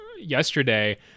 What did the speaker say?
yesterday